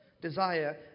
desire